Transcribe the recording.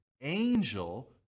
angel